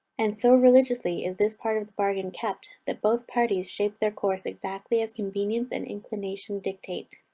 and, so religiously is this part of the bargain kept, that both parties shape their course exactly as convenience and inclination dictate.